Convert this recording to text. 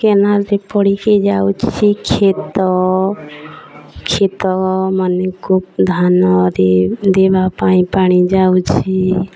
କେନାଲ୍ରେ ପଡ଼ିକି ଯାଉଛି କ୍ଷେତ କ୍ଷେତମାନକୁ ଧାନରେ ଦେବା ପାଇଁ ପାଣି ଯାଉଛି